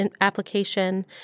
application